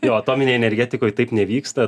jo atominėj energetikoj taip nevyksta